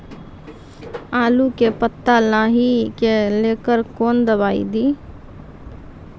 आलू के पत्ता लाही के लेकर कौन दवाई दी?